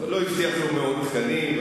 לא הבטיח מאות תקנים,